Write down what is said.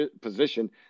position